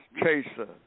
chaser